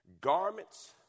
Garments